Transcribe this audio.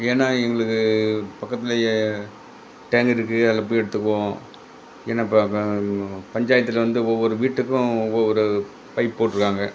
ஏன்னா எங்களுக்கு பக்கத்துலையே டேங்கு இருக்கு அதில் போய் எடுத்துக்குவோம் ஏன்னா பஞ்சாயத்தில் வந்து ஒவ்வொரு வீட்டுக்கும் ஒவ்வொரு பைப் போட்டுருக்காங்க